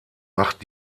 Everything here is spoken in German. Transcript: macht